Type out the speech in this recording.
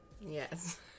yes